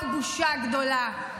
זו רק בושה גדולה,